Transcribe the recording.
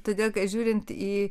todėl žiūrint į